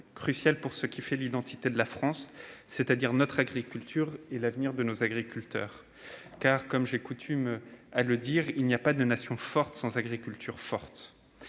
crucial pour ce qui fait l'identité de la France : notre agriculture et l'avenir de nos agriculteurs. Car, comme j'ai coutume de le dire, il n'y a pas de nation forte sans agriculture forte